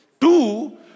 two